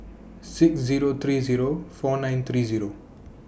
six Zero three Zero four nine three Zero